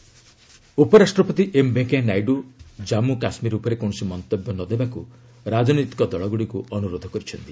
VC କେ ଆଣ୍ଡ କେ ଉପରାଷ୍ଟ୍ରପତି ଏମ୍ ଭେଙ୍କେୟା ନାଇଡୁ ଜାମ୍ମୁ କାଶ୍ମୀର ଉପରେ କୌଣସି ମନ୍ତବ୍ୟ ନଦେବାକୁ ରାଜନୈତିକ ଦଳଗୁଡ଼ିକୁ ଅନୁରୋଧ କରିଛନ୍ତି